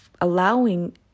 allowing